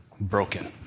broken